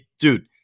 dude